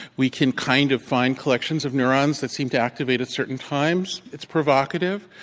we can kind of find collections of neurons that seem to active at certain times. it's provocative.